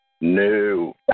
No